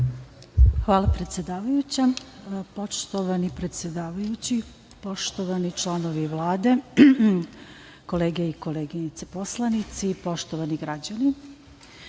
Hvala predsedavajuća. Poštovani predsedavajući, poštovani članovi Vlade, kolege i koleginice poslanici, poštovani građani,